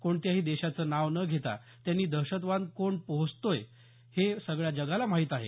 कोणत्याही देशाचे नाव न घेता त्यांनी दहशतवाद कोण पोसतोय हे सगळ्या जगाला माहित आहे